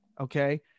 Okay